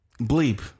Bleep